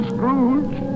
Scrooge